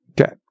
Okay